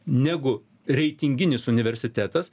negu reitinginis universitetas